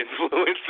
influence